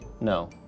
No